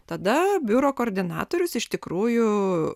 tada biuro koordinatorius iš tikrųjų